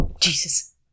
Jesus